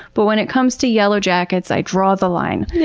but when it comes to yellow jackets, i draw the line. yeah